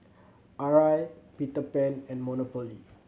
Arai Peter Pan and Monopoly